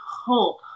hope